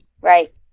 Right